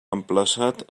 emplaçat